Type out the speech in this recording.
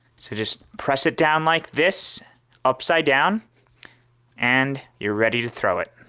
so just press it down like this upside down and you're ready to throw it!